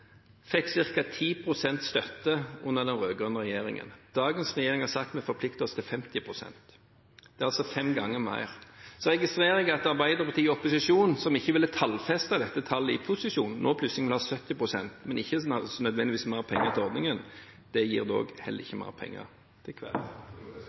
fikk ca. 10 pst. støtte under den rød-grønne regjeringen. Dagens regjering har sagt vi forplikter oss til 50 pst. Det er altså fem ganger så mye. Jeg registrerer at Arbeiderpartiet, som ikke ville tallfeste dette tallet i posisjon, nå i opposisjon plutselig vil ha 70 pst., men ikke nødvendigvis mer penger til ordningen. Det gir dog heller